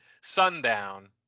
Sundown